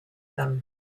them